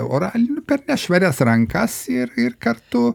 oraliniu per nešvarias rankas ir ir kartu